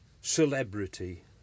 celebrity